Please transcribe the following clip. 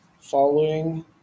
following